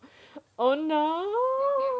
oh no